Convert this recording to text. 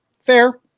fair